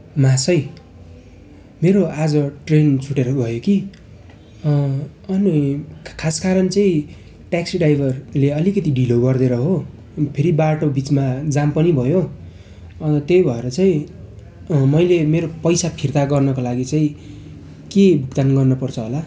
महाशय मेरो आज ट्रेन छुटेर गयो कि अनि खास कारण चाहिँ ट्याक्सी ड्राइभरले अलिकति ढिलो गरेर हो फेरि बाटो बिचमा जाम पनि भयो त्यही भएर चाहिँ मैले मेरो पैसा फिर्ता गर्नका लागि चाहिँ के भुक्तान गर्न पर्छ होला